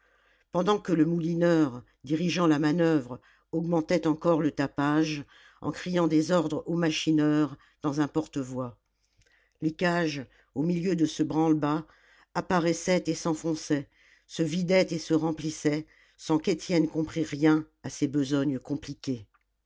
pendant que le moulineur dirigeant la manoeuvre augmentait encore le tapage en criant des ordres au machineur dans un porte-voix les cages au milieu de ce branle-bas apparaissaient et s'enfonçaient se vidaient et se remplissaient sans qu'étienne comprît rien à ces besognes compliquées